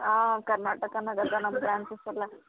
ಹಾಂ ಕರ್ನಾಟಕ ನಗರ್ದಾಗ ನಮ್ಮ ಬ್ರ್ಯಾಂಚ್ ಇತ್ತಲ್ಲ